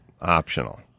optional